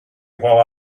while